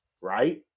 Right